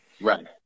Right